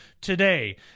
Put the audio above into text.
today